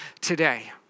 today